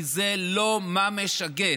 כי זה לא ממש הגט,